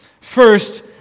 First